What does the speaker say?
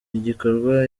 igikorwa